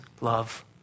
love